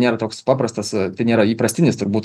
nėra toks paprastas tai nėra įprastinis turbūt